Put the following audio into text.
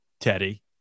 Teddy